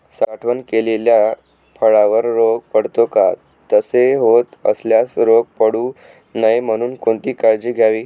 साठवण केलेल्या फळावर रोग पडतो का? तसे होत असल्यास रोग पडू नये म्हणून कोणती काळजी घ्यावी?